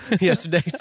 yesterday